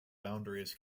boundaries